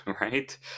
right